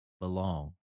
belong